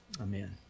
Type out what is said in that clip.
amen